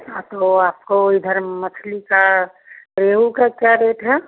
हाँ तो आपको इधर मछली का रेहू का क्या रेट है